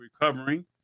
recovering